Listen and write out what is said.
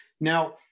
Now